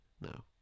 No